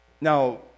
Now